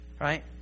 right